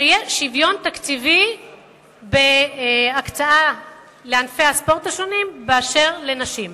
שיהיה שוויון תקציבי בהקצאה לענפי הספורט השונים באשר לנשים.